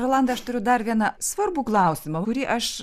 rolandai aš turiu dar vieną svarbų klausimą kurį aš